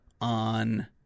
on